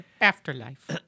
Afterlife